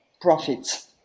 profits